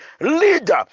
leader